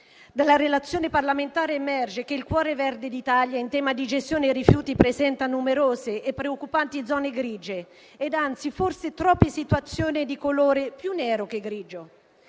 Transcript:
dalla relazione parlamentare emerge che il cuore verde d'Italia in tema di gestione dei rifiuti presenta numerose e preoccupanti zone grigie, ed anzi forse troppe situazioni di colore più nero che grigio.